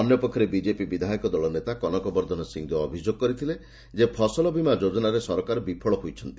ଅନ୍ୟପକ୍ଷରେ ବିଜେପି ବିଧାୟକ ଦଳର ନେତା କନକ ବର୍ଦ୍ଧନ ସିଂଦେଓ ଅଭିଯୋଗ କରିଥିଲେ ଯେ ଫସଲ ବୀମା ଯୋଜନାରେ ସରକାର ବିଫଳ ହୋଇଛନ୍ତି